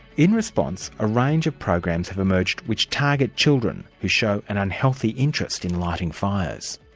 in response, a range of programs have emerged which target children who show an unhealthy interest in lighting fires.